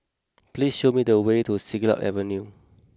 please show me the way to Siglap Avenue